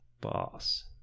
boss